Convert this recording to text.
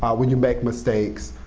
when you make mistakes,